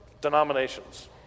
denominations